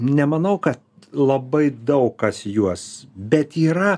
nemanau kad labai daug kas juos bet yra